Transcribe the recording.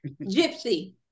gypsy